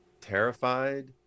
Terrified